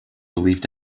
believed